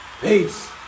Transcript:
Peace